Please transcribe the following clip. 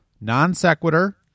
Non-Sequitur